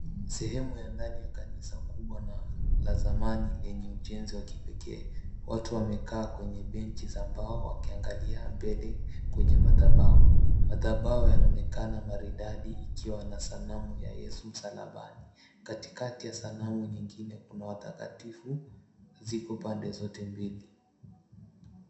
Sehemu ya ndani ya kanisa kubwa na la zamani lenye ujenzi wa kipekee. Watu wamekaa kwenye bench za mbao wakiangalia mbele kwenye madhabahu. Madhabahu yanaonekana maridadi yakiwa na sanamu ya Yesu msalabani. Katokati ya sanamu nyingine kuna watakatifu, ziko pande zote mbili.